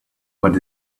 what